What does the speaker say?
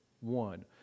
one